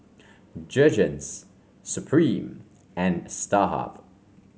Jergens Supreme and Starhub